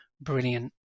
brilliant